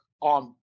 on